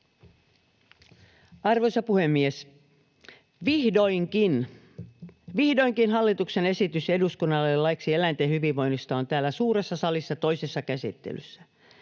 Arvoisa puhemies! Vihdoinkin! Vihdoinkin hallituksen esitys eduskunnalle laiksi eläinten hyvinvoinnista on täällä suuressa salissa toisessa käsittelyssä.